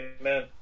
Amen